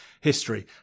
history